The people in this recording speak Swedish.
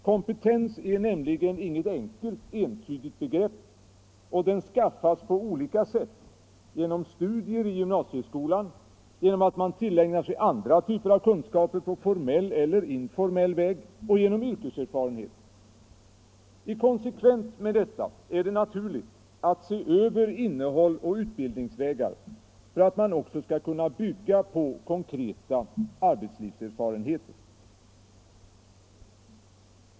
Kompetens är nämligen inget enkelt, entydigt begrepp, och den skaffas på olika sätt: genom studier i gymnasieskolan, genom att man tillägnar sig andra typer av kunskaper på formell eller informell väg och genom yrkeserfarenhet. I konsekvens med detta är det naturligt att se över innehåll och utbildningsvägar för att det också skall vara möjligt att bygga på konkreta arbetslivserfarenheter.